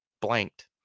blanked